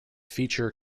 feature